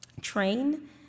train